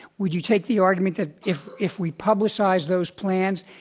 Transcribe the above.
would you take the argument that if if we publicize those plans,